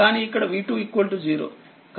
కానీఇక్కడ v2 0